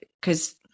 Because-